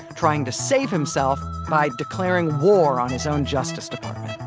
trying to save himself. by declaring war on his own justice department